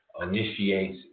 initiates